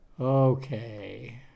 Okay